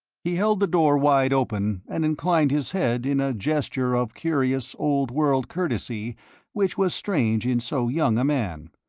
he held the door wide open, and inclined his head in a gesture of curious old-world courtesy which was strange in so young a man.